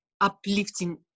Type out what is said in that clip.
uplifting